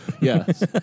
Yes